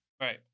Right